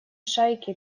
шайке